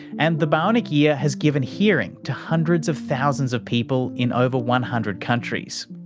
and the bionic ear has given hearing to hundreds of thousands of people in over one hundred countries.